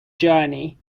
journey